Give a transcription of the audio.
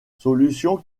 solution